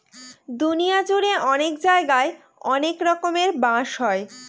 দুনিয়া জুড়ে অনেক জায়গায় অনেক রকমের বাঁশ হয়